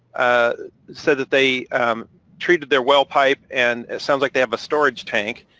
ah said that they treated their well pipe, and it sounds like they have a storage tank,